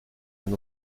une